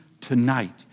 tonight